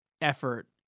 effort